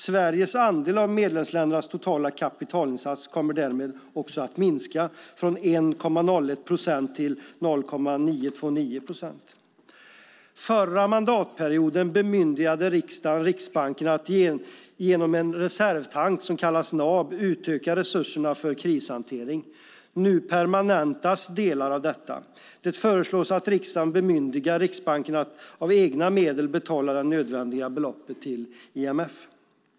Sveriges andel av medlemsländernas totala kapitalinsatser kommer därmed att minska från 1,01 procent till 0,929 procent. Förra mandatperioden bemyndigade riksdagen Riksbanken att genom en reservtank, som kallas NAB, utöka resurserna för krishantering. Nu permanentas delar av detta. Det föreslås att riksdagen bemyndigar Riksbanken att av egna medel betala det nödvändiga beloppet till IMF.